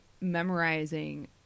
Memorizing